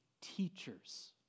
teachers